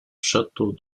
château